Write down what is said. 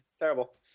terrible